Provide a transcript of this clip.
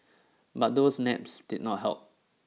but those naps did not help